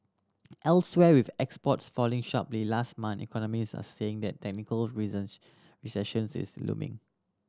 elsewhere with exports falling sharply last month economists are saying that technical recessions is looming